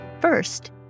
First